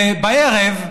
ובערב,